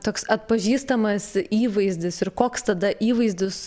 toks atpažįstamas įvaizdis ir koks tada įvaizdis